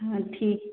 हाँ ठीक